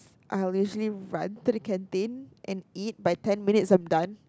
I'll usually run to the canteen and eat by ten minutes I'm done